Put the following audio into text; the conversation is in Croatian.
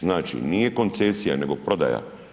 Znači nije koncesija nego prodaja.